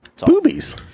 Boobies